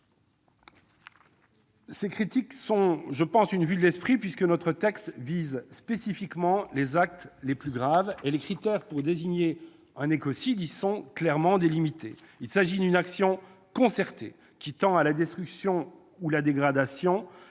ces critiques sont une vue de l'esprit : notre texte vise spécifiquement les actes les plus graves, et les critères pour désigner un écocide y sont clairement délimités. Il s'agit d'une action concertée, qui tend à la destruction ou à la dégradation